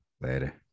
later